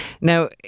Now